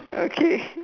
okay